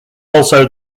also